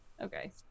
okay